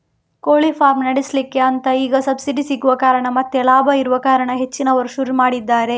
ಕೋಳಿ ಫಾರ್ಮ್ ನಡೆಸ್ಲಿಕ್ಕೆ ಅಂತ ಈಗ ಸಬ್ಸಿಡಿ ಸಿಗುವ ಕಾರಣ ಮತ್ತೆ ಲಾಭ ಇರುವ ಕಾರಣ ಹೆಚ್ಚಿನವರು ಶುರು ಮಾಡಿದ್ದಾರೆ